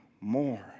more